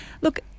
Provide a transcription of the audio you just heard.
Look